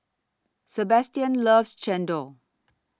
Sebastian loves Chendol